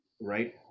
right